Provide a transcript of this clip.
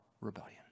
rebellion